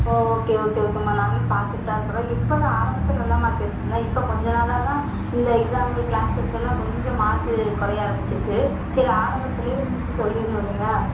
ஓ okay okay ஓகேம்மா நாங்களும் பார்த்துட்டு தான் இருக்குகிறோம் இப்போ தான் ஆரம்பத்தில் நல்ல மார்க் எடுத்துட்டுருந்தான் இப்போ கொஞ்ச நாளாக தான் இந்த எக்ஸாம்மு க்ளாஸ் டெஸ்ட்டல்லாம் கொஞ்சம் மார்க்கு குறைய ஆரம்பிச்சிருக்குது சரி ஆரம்பத்துலயே கூப்பிட்டு சொல்லிடணும் இல்லைங்க